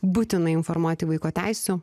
būtina informuoti vaiko teisių